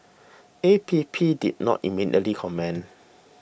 A P P did not immediately comment